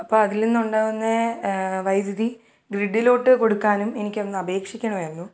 അപ്പോൾ അതിൽ നിന്ന് ഉണ്ടാകുന്ന വൈദ്യുതി ഗ്രിഡിലോട്ട് കൊടുക്കാനും എനിക്ക് ഒന്നു അപേക്ഷിക്കണമായിരുന്നു